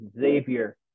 Xavier